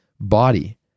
body